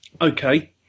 Okay